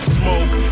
smoke